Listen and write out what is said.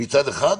מצד אחד.